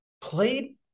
played